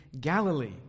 Galilee